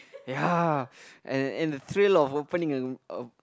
ya and and the thrill of opening an